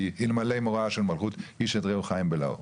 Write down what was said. "אלמלא מוראה של מלכות איש את רעהו חיים בלעו".